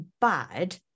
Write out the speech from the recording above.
bad